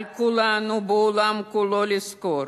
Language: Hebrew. על כולנו בעולם כולו, לזכור